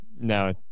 No